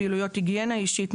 פעילויות היגיינה אישית,